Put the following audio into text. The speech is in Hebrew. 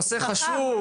נושא חשוב,